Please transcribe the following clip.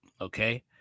okay